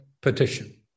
petition